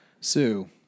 Sue